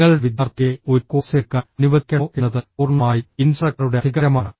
നിങ്ങളുടെ വിദ്യാർത്ഥിയെ ഒരു കോഴ്സ് എടുക്കാൻ അനുവദിക്കണോ എന്നത് പൂർണ്ണമായും ഇൻസ്ട്രക്ടറുടെ അധികാരമാണ്